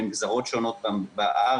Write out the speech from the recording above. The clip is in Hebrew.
בין גזרות שונות בארץ,